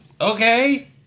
Okay